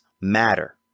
matter